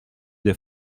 des